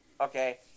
Okay